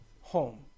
Home